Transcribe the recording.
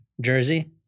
Jersey